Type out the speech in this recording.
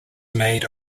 made